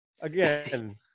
again